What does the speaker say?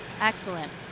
Excellent